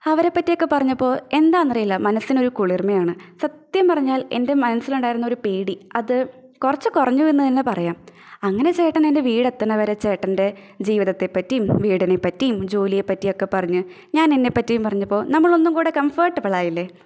അവരെപ്പറ്റിയക്കെ പറഞ്ഞപ്പോൾ എന്താന്നറിയില്ല മനസ്സിനൊരു കുളിര്മ്മയാണ് സത്യം പറഞ്ഞാല് എന്റെ മനസ്സിലുണ്ടായിരുന്ന ഒരു പേടി അത് കുറച്ച് കുറഞ്ഞൂ എന്ന് തന്നെ പറയാം അങ്ങനെ ചേട്ടനെന്റെ വീടെത്തണ വരെ ചേട്ടന്റെ ജീവിതത്തെപ്പറ്റീം വീടിനെപ്പറ്റീം ജോലിയെപ്പറ്റിയക്കെ പറഞ്ഞ് ഞാന് എന്നെ പറ്റീം പറഞ്ഞപ്പോൾ നമ്മളൊന്നും കൂടി കംഫേട്ടബിളായില്ലെ